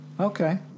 Okay